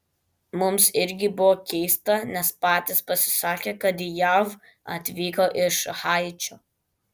mums irgi buvo keista nes patys pasisakė kad į jav atvyko iš haičio